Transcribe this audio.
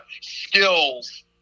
skills